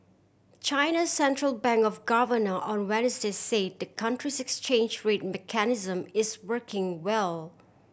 China central bank of governor on Wednesday say the country's exchange rate mechanism is working well